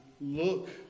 look